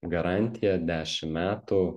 garantiją dešim metų